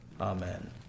Amen